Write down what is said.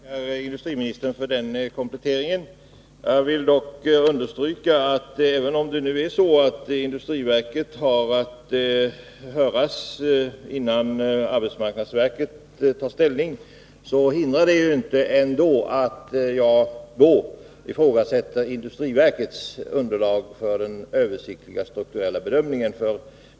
Fru talman! Jag tackar industriministern för denna komplettering. Jag vill dock understryka, att även om det nu är så att industriverket skall höras innan arbetsmarknadsverket tar ställning, hindrar det inte att jag då ifrågasätter industriverkets underlag för den översiktliga strukturella bedömningen.